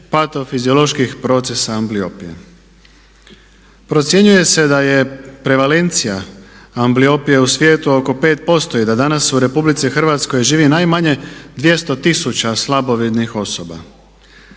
patofizioloških procesa ambliopije. Procjenjuje se da je prevalencija ambliopije u svijetu oko 5% i da danas u RH živi najmanje 200 tisuća slabovidnih osoba.